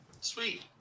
Sweet